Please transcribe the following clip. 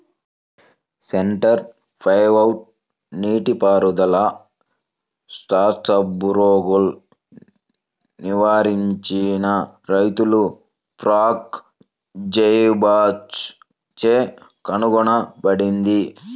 centre pivot నీటిపారుదల స్ట్రాస్బర్గ్లో నివసించిన రైతు ఫ్రాంక్ జైబాచ్ చే కనుగొనబడింది